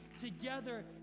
together